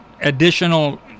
additional